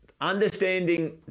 Understanding